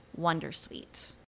wondersuite